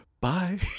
bye